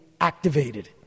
activated